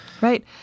Right